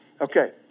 Okay